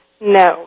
No